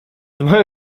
moją